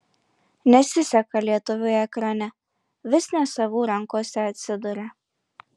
nesiseka lietuviui ekrane vis ne savų rankose atsiduria